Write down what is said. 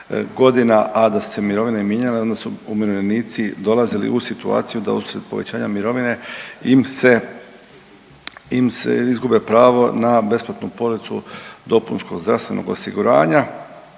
godina, a da su se mirovine mijenjale onda su umirovljenici dolazili u situaciju da uslijed povećanja mirovine im se, im se izgube pravo na besplatnu policu dopunskog zdravstvenog osiguranja,